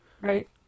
Right